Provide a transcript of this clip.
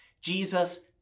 Jesus